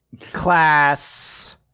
class